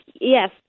Yes